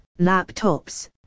laptops